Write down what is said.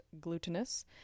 glutinous